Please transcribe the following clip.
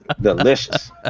Delicious